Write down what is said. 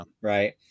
Right